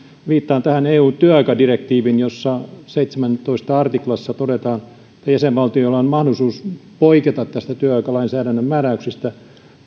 viittaan tähän eun työaikadirektiiviin jossa seitsemännessätoista artiklassa todetaan että jäsenvaltioilla on mahdollisuus poiketa näistä työaikalainsäädännön määräyksistä